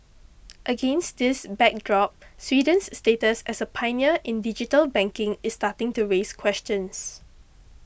against this backdrop Sweden's status as a pioneer in digital banking is starting to raise questions